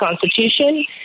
Constitution